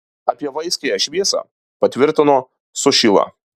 apie vaiskiąją šviesą patvirtino sušyla